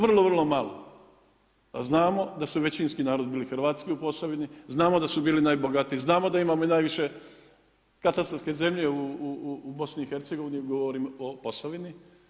Vrlo, vrlo malo, a znamo da su većinski narod bili hrvatski u Posavini, znamo da su bili najbogatiji, znamo da imamo i najviše katastarske zemlje u Bosni i Hercegovini, govorim o Posavini.